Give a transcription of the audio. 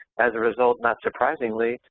as a result, not surprisingly,